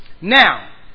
Now